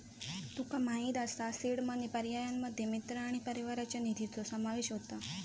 तुका माहित असा seed money पर्यायांमध्ये मित्र आणि परिवाराच्या निधीचो समावेश होता